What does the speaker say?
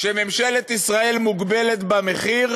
שממשלת ישראל מוגבלת במחיר,